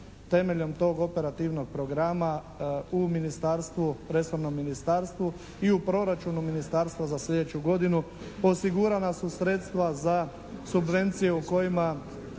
Temeljem tog operativnog programa u resornom ministarstvu i u proračunu ministarstva za slijedeću godinu osigurana su sredstva za subvencije o kojima